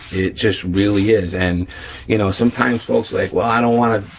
it just really is, and you know sometimes folks like, well, i don't wanna,